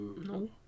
No